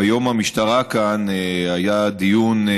ביום המשטרה כאן היה דיון,